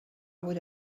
would